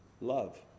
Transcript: Love